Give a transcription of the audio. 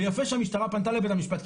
ויפה שהמשטרה פנתה לבית המשפט,